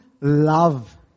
love